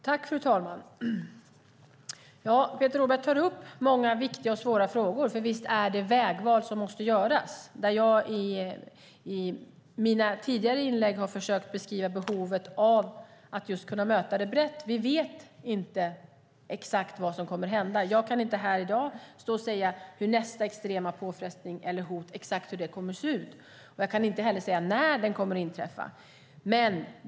Fru talman! Peter Rådberg tar upp många och viktiga frågor, för visst är det vägval som måste göras. I mina tidigare inlägg har jag försökt beskriva behovet av att kunna möta det brett. Vi vet inte vad som kommer att hända. Jag kan i dag inte säga hur nästa extrema påfrestning eller hot kommer att se ut. Jag kan inte heller säga när det kommer att inträffa.